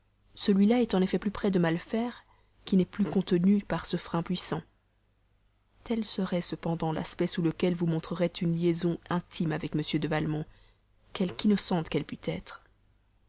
celui-là est en effet plus près de mal faire qui n'est plus contenu par ce frein puissant tel serait cependant l'aspect sous lequel vous montrerait une liaison intime avec m de valmont quelqu'innocente qu'elle pût être